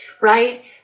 right